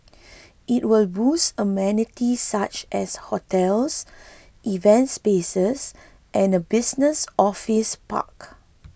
it will boast amenities such as hotels events spaces and a business office park